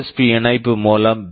B USB இணைப்பு மூலம் B